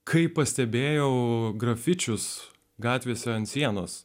kai pastebėjau grafičius gatvėse ant sienos